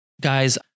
guys